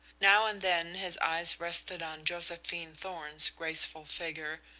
now and then his eyes rested on josephine thorn's graceful figure,